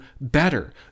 better